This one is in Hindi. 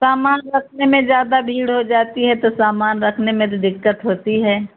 सामान रखने में ज़्यादा भीड़ हो जाती है तो सामान रखने में तो दिक्कत होती है